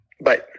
Bye